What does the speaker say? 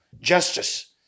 justice